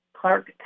Clark